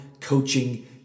coaching